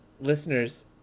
listeners